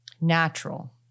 natural